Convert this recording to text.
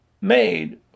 made